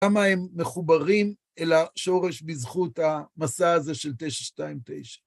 כמה הם מחוברים אל השורש בזכות המסע הזה של 929.